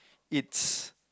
it's